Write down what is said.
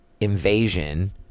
invasion